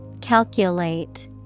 Calculate